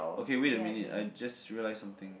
okay wait a minute I just realize something